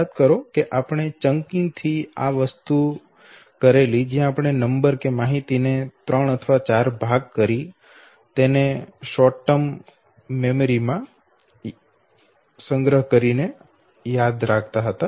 યાદ કરો આપણે ચંકીન્ગ થી આ વસ્તુ કરેલી છે જ્યા આપણે નંબર અથવા માહિતી ના ત્રણ ભાગ અથવા ચાર ભાગમાં કરી ટૂંકા ગાળાના સંગ્રહ ની ક્ષમતા માં વધારો કર્યો હતો